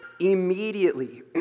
Immediately